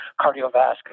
cardiovascular